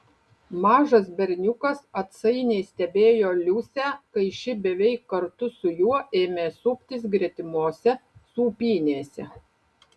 mažas berniukas atsainiai stebėjo liusę kai ši beveik kartu su juo ėmė suptis gretimose sūpynėse